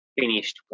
finished